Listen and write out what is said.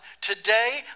Today